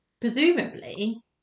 Presumably